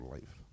Life